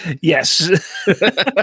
Yes